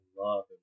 love